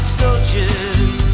soldiers